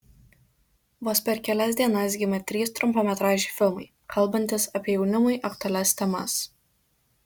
vos per kelias dienas gimė trys trumpametražiai filmai kalbantys apie jaunimui aktualias temas